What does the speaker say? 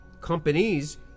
companies